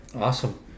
Awesome